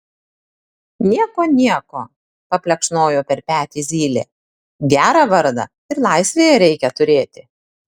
nieko nieko paplekšnojo per petį zylė gerą vardą ir laisvėje reikia turėti